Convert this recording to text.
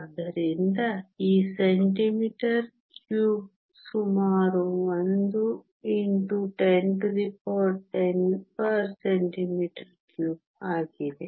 ಆದ್ದರಿಂದ ಈ centimetre cube ಸುಮಾರು 1 x 1010 cm 3 ಆಗಿದೆ